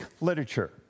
literature